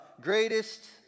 Greatest